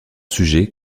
sujets